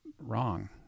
wrong